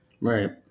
right